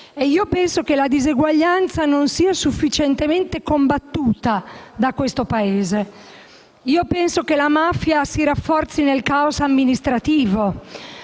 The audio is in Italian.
E penso che la diseguaglianza non sia sufficientemente combattuta da questo Paese. Penso che la mafia si rafforzi nel caos amministrativo,